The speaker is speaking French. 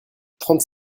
trente